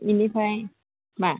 बिनिफ्राय मा